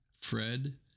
Fred